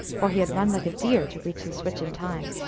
for he had run like a deer to reach the switch in time.